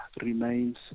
remains